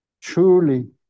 truly